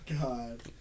God